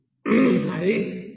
అది min